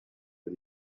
for